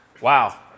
Wow